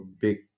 big